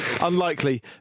Unlikely